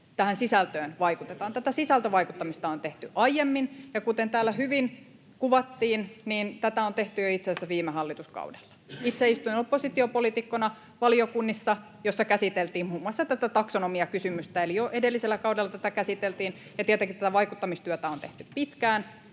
tähän sisältöön vaikutetaan. Tätä sisältövaikuttamista on tehty aiemmin, ja kuten täällä hyvin kuvattiin, niin tätä on tehty itse asiassa jo viime hallituskaudella. Itse istuin oppositiopoliitikkona valiokunnissa, joissa käsiteltiin muun muassa tätä taksonomiakysymystä, eli jo edellisellä kaudella tätä käsiteltiin. Ja tietenkin tätä vaikuttamistyötä on tehty pitkään,